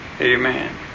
Amen